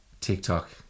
TikTok